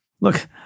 look